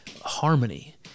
harmony